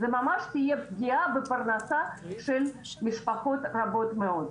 זו ממש תהיה פגיעה בפרנסה של משפחות רבות מאוד.